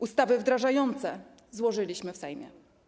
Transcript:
Ustawy wdrażające złożyliśmy w Sejmie.